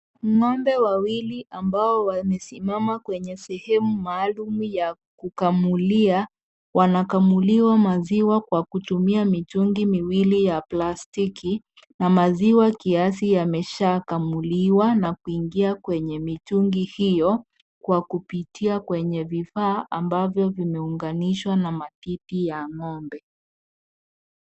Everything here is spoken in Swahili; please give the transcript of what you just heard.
Ng'ombe wawili ambao wamesimama kwenye sehemu maalum ya kukamulia , wanakamuliwa maziwa kwa kutumia mitungi miwili ya plastiki na maziwa kiasi yamesha kamuliwa na kuingia kwenye mitungi hiyo kwa kupitia kwenye vifaa ambavyo vimeunganishwa na matiti ya ng'ombe.